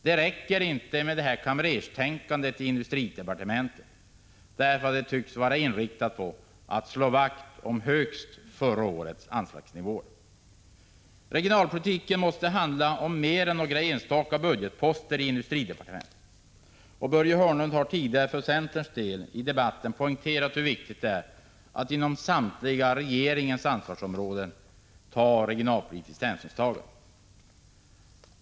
Det räcker inte med ”kamrerstänkandet” i industridepartementet, därför att det på sin höjd tycks vara inriktat på att slå vakt om förra årets anslagsnivåer. Regionalpolitiken måste handla om mer än några enstaka budgetposter inom industridepartementet. Börje Hörnlund har för centerns del tidigare i debatten poängterat hur viktigt det är att det inom regeringens samtliga ansvarsområden tas regionalpolitiska hänsyn.